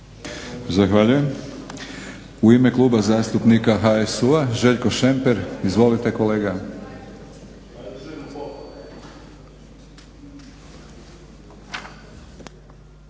Zahvaljujem. U ime Kluba zastupnika HSU-a Željko Šemper. Izvolite kolega.